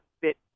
fit